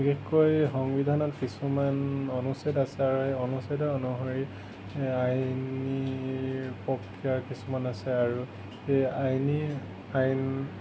বিশেষকৈ সংবিধানত কিছুমান অনুচ্ছেদ আছে আৰু এই অনুচ্ছেদ অনুসৰি আইনীৰ প্ৰক্ৰিয়া কিছুমান আছে আৰু সেই আইনী আইন